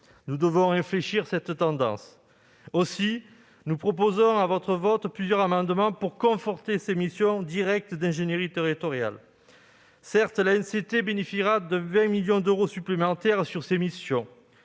Nous devons infléchir cette tendance. Aussi, mes chers collègues, nous proposons à votre vote plusieurs amendements pour conforter ses missions directes d'ingénierie territoriale. Certes, l'ANCT bénéficiera de 20 millions d'euros supplémentaires sur ces missions,